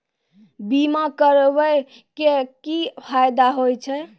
बीमा करबै के की फायदा होय छै?